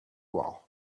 wall